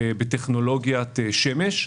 בטכנולוגיית שמש,